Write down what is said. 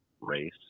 race